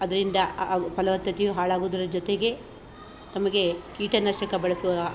ಅದರಿಂದ ಹಾಗು ಫಲವತ್ತತೆಯು ಹಾಳಾಗುವುದರ ಜೊತೆಗೆ ತಮಗೆ ಕೀಟನಾಶಕ ಬಳಸುವ